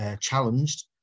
challenged